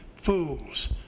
fools